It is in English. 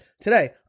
Today